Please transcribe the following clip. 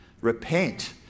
Repent